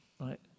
Right